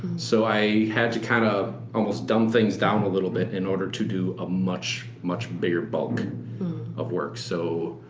so i had to kind of, almost dumb things down a little bit in order to do a much, much bigger bulk of work. so,